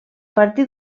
partir